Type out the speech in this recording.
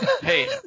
Hey